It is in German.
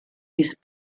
ist